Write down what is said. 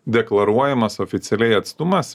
deklaruojamas oficialiai atstumas